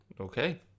Okay